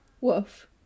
Woof